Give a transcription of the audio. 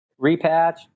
repatch